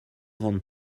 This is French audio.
grande